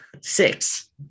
six